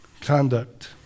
conduct